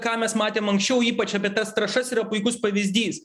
ką mes matėm anksčiau ypač apie tas trąšas yra puikus pavyzdys